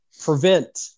prevent